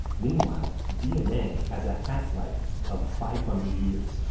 meanwhile, dna has a half-life of five hundred years,